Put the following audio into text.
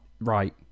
right